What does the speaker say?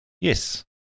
Yes